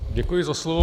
Děkuji za slovo.